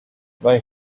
they